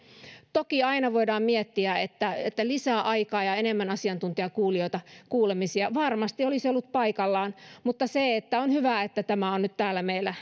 toki aina voidaan miettiä että että lisää aikaa ja enemmän asiantuntijakuulemisia varmasti olisi ollut paikallaan mutta on hyvä että tämä on nyt täällä meillä